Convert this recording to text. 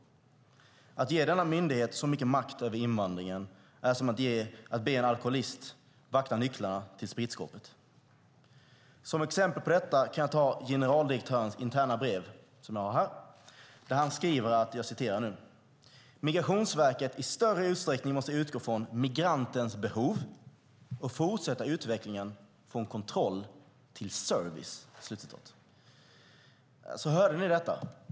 Att ge denna myndighet så mycket makt över invandringen är som att be en alkoholist vakta nycklarna till spritskåpet. Som exempel på detta kan jag ta generaldirektörens interna brev som jag har här. Han skriver: Migrationsverket måste i större utsträckning utgå från migrantens behov och fortsätta utvecklingen från kontroll till service. Hörde ni detta?